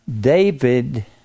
David